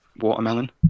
watermelon